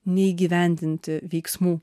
neįgyvendinti veiksmų